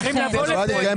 איתי אומר